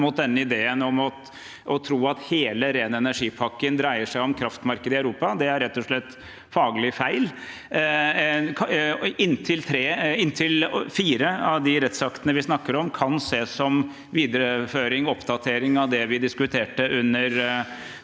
å tro at hele ren energi-pakken dreier seg om kraftmarkedet i Europa. Det er rett og slett faglig feil. Inntil fire av de rettsaktene vi snakker om, kan ses som videreføring og oppdatering av det vi diskuterte i